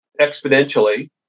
exponentially